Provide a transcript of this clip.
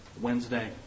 Wednesday